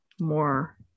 more